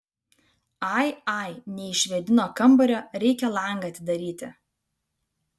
ai ai neišvėdino kambario reikia langą atidaryti